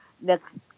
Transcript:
next